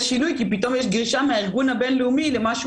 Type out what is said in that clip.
שינוי כי פתאום יש דרישה מהארגון הבין-לאומי למשהו